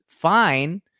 fine